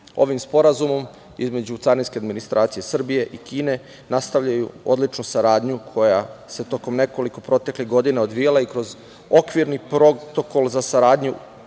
sporazumom, između carinske administracije Srbije i Kine, nastavljaju odličnu saradnju koja se tokom nekoliko proteklih godina odvijala i kroz okvirni protokol za saradnju